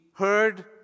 heard